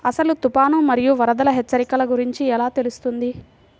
అసలు తుఫాను మరియు వరదల హెచ్చరికల గురించి ఎలా తెలుస్తుంది?